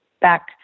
back